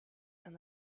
and